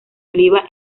oliva